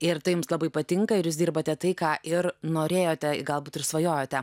ir tai jums labai patinka ir jūs dirbate tai ką ir norėjote galbūt ir svajojote